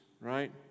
right